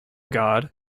god